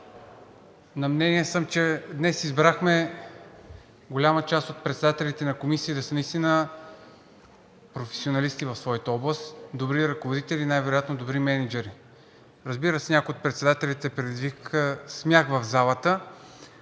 На мнение съм, че днес избрахме голяма част от председателите на комисии наистина да са професионалисти в своята област, добри ръководители и най-вероятно добри мениджъри. Разбира се, някои от председателите предизвикаха смях в залата,